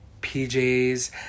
PJs